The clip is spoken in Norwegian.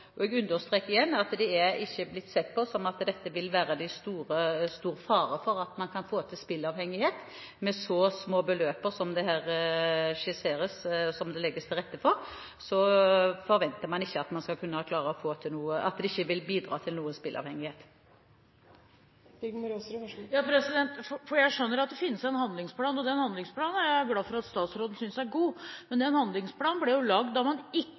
Jeg understreker igjen at det ikke er blitt sett på som at det vil være stor fare for spilleavhengighet med så små beløp som her skisseres og legges til rette for. Man forventer at dette ikke vil bidra til spilleavhengighet. Jeg skjønner at det finnes en handlingsplan, og den handlingsplanen er jeg glad for at statsråden synes er god, men den handlingsplanen ble lagd før man hadde tillatt poker, og da bør man